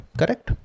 correct